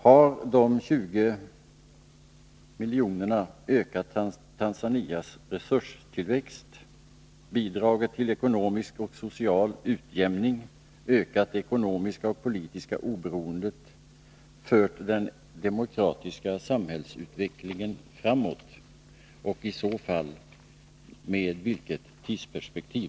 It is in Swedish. Har de 20 miljonerna ökat Tanzanias resurstillväxt, bidragit till ekonomisk och social utjämning, ökat det ekonomiska och politiska oberoendet, fört den demokratiska samhällsutvecklingen framåt och i så fall med vilket tidsperspektiv?